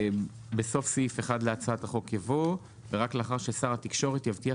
בסוף סעיף 1 להצעת החוק יבוא 'ורק לאחר ששר התקשורת יבטיח